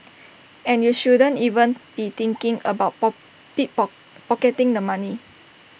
and you shouldn't even be thinking about pocketing the money